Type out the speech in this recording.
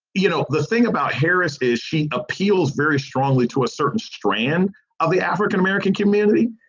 you know, the thing about harris is she appeals very strongly to a certain strand of the african-american community.